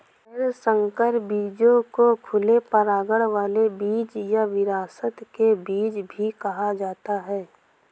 गैर संकर बीजों को खुले परागण वाले बीज या विरासत के बीज भी कहा जाता है